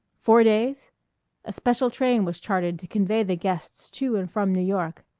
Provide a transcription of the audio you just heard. four days a special train was chartered to convey the guests to and from new york.